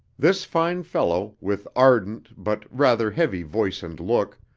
this fine fellow, with ardent but rather heavy voice and look,